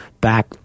back